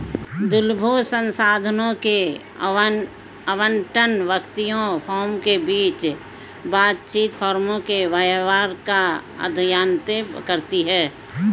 दुर्लभ संसाधनों के आवंटन, व्यक्तियों, फर्मों के बीच बातचीत, फर्मों के व्यवहार का अध्ययन करती है